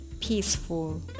peaceful